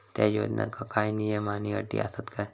त्या योजनांका काय नियम आणि अटी आसत काय?